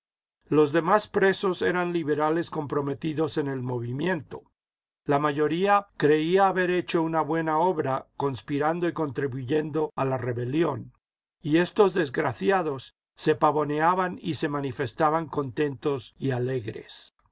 los demás presos eran liberales comprometidos en el movimiento la mayoría creía haber hecho una buena obra conspirando y contribuyendo a la rebelión y estos desgraciados se pavoneaban y se manifestaban contentos y alegres